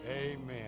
Amen